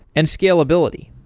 and scalability.